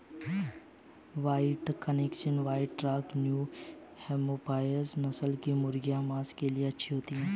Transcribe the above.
white Cornish, white rock, New Hampshire नस्ल की मुर्गियाँ माँस के लिए अच्छी होती हैं